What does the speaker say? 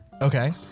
Okay